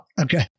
Okay